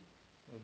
okay